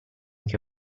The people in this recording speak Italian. che